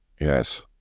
Yes